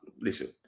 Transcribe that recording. listen